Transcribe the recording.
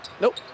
Nope